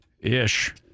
Ish